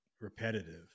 repetitive